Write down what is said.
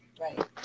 Right